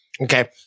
Okay